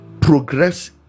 progress